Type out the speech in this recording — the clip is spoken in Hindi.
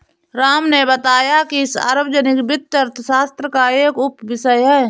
राम ने बताया कि सार्वजनिक वित्त अर्थशास्त्र का एक उपविषय है